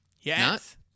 Yes